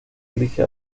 elige